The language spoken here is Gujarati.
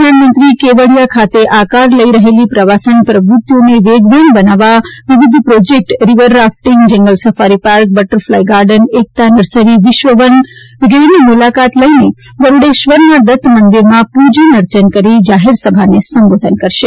પ્રધાનમંત્રી વડિયા ખાતે આકાર લઇ રહેલી પ્રવાસન પ્રવૃત્તિઓને વેગવાન બનાવવા વિવિધ projects river rafting jungle safari park butterfly garden Ekta nursery વિશ્વવનની મુલાકાત લઇને ગરૂડેશ્વરના દત્ત મંદિરમાં પૂજા અર્ચન કરીને જાહેર સભાને સંબોધન કરશે